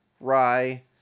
rye